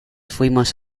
fuimos